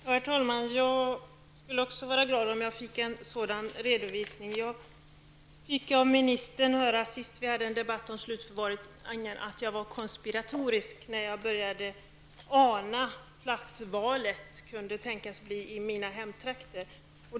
Herr talman! Jag skulle också vara glad om jag fick en sådan redovisning. Sist vi hade en debatt om slutförvaring fick jag höra av ministern att jag var konspiratorisk, när jag började ana att platsvalet kunde tänkas bli i mina hemtrakter.